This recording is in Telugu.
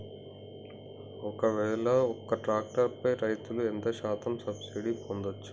ఒక్కవేల ఒక్క ట్రాక్టర్ పై రైతులు ఎంత శాతం సబ్సిడీ పొందచ్చు?